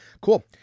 cool